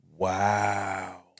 Wow